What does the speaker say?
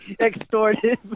extorted